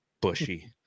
bushy